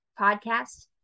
podcast